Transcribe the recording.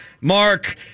Mark